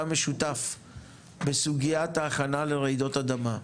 משותף בסוגיית ההכנה לרעידות אדמה.